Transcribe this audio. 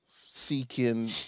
seeking